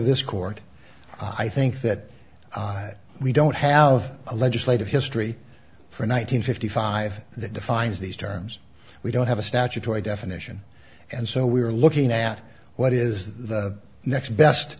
this court i think that we don't have a legislative history for nine hundred fifty five that defines these terms we don't have a statutory definition and so we are looking at what is the next best